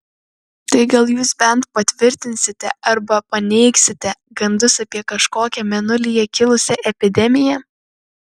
tai gal jūs bent patvirtinsite arba paneigsite gandus apie kažkokią mėnulyje kilusią epidemiją